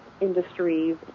industries